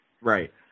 Right